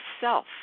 self